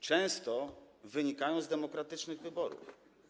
Często wynikają z demokratycznych wyborów.